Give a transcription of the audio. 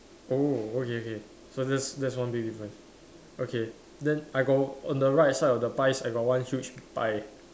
oh okay okay so that that's one big difference okay then I got on the right side of the pies I got one huge pie